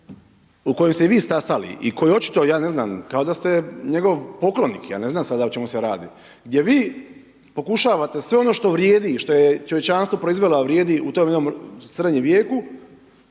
u kojem ste i vi stasali i koji očito, ja ne znam, kao da ste njegov poklonik, ja ne znam sada o čemu radi, gdje vi pokušavate sve ono što vrijedi i što je čovječanstvo proizvelo a vrijedi u tom jednom srednjem vijeku